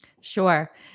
Sure